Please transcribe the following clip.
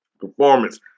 performance